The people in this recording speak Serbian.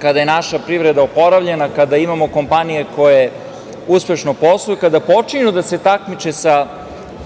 kada je naša privreda oporavljena, kada imamo kompanije koje uspešno posluju, kada počinju da se takmiče sa